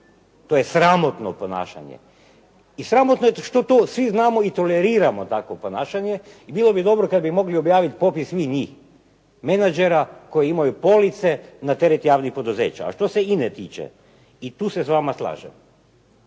to je sramotno ponašanje i sramotno je što to svi mi znamo i toleriramo takvo ponašanje i bilo bi dobro kada bi mogli objaviti imena svih tih menadžera koji imaju police na teret javnih poduzeća. Što se INA-e tiče i tu se s vama slažem,